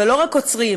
ולא רק עוצרים,